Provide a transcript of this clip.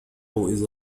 إذا